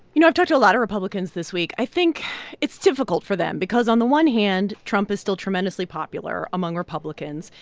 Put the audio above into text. you know, i've talked to a lot of republicans this week. i think it's difficult for them because on the one hand, trump is still tremendously popular among republicans.